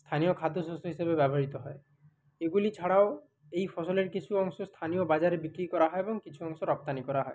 স্থানীয় খাদ্য শস্য হিসেবে ব্যবহৃত হয় এগুলি ছাড়াও এই ফসলের কিছু অংশ স্থানীয় বাজারে বিক্রি করা হয় এবং কিছু অংশ রপ্তানি করা হয়